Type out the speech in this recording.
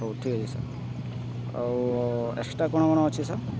ହଉ ଠିକ୍ ଅଛି ସାର୍ ଆଉ ଏକ୍ସଟ୍ରା କ'ଣ କ'ଣ ଅଛି ସାର୍